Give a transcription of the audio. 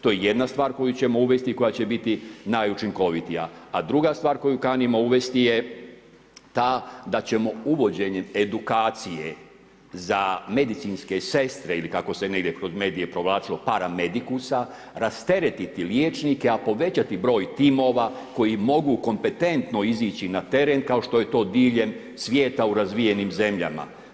To je jedna stvar koju ćemo uvesti i koja će biti najučinkovitija, a druga stvar koju kanimo uvesti je ta da ćemo uvođenjem edukacije za medicinske sestre ili kako se negdje kroz medije provlačilo paramedikusa rasteretiti liječnike, a povećati broj timova koji mogu kompetentno izići na teren kao što je to diljem svijeta u razvijenim zemljama.